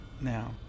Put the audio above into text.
now